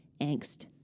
angst